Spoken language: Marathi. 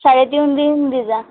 साडेतीन दिन देजा